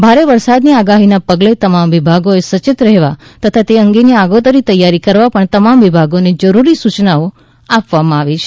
ભારે વરસાદની આગાહીના પગલે તમામ વિભાગોએ સયેત રહેવા તથા તે અંગેની આગોતરી તૈયારી કરવા પણ તમામ વિભાગોને જરૂરી સૂચના આપવામાં આવી છે